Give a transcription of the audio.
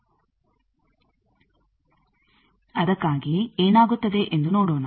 ಅದಕ್ಕಾಗಿಯೇ ಏನಾಗುತ್ತದೆ ಎಂದು ನೋಡೋಣ